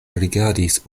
rigardis